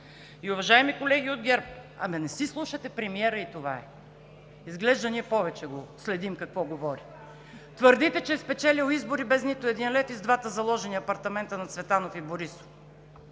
Уважаеми колеги от ГЕРБ, не си слушате премиера и това е! Изглежда ние повече го следим какво говори. Твърдите, че е спечелил избори без нито един лев и с двата заложени апартамента на Цветанов и Борисов.